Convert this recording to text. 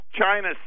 China